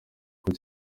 uko